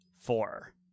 four